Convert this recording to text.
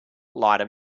lighter